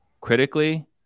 critically